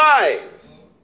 lives